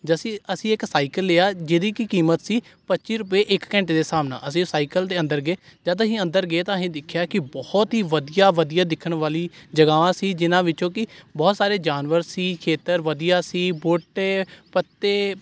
ਜ ਅਸੀਂ ਅਸੀਂ ਇੱਕ ਸਾਈਕਲ ਲਿਆ ਜਿਹਦੀ ਕਿ ਕੀਮਤ ਸੀ ਪੱਚੀ ਰੁਪਏ ਇੱਕ ਘੰਟੇ ਦੇ ਹਿਸਾਬ ਨਾਲ ਅਸੀਂ ਸਾਈਕਲ ਦੇ ਅੰਦਰ ਗਏ ਜਦੋਂ ਅਸੀਂ ਅੰਦਰ ਗਏ ਤਾਂ ਅਸੀਂ ਦੇਖਿਆ ਕਿ ਬਹੁਤ ਹੀ ਵਧੀਆ ਵਧੀਆ ਦਿਖਣ ਵਾਲੀ ਜਗ੍ਹਾਵਾ ਸੀ ਜਿਨਾਂ ਵਿੱਚੋਂ ਕਿ ਬਹੁਤ ਸਾਰੇ ਜਾਨਵਰ ਸੀ ਖੇਤਰ ਵਧੀਆ ਸੀ ਬੂਟੇ ਪੱਤੇ